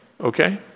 okay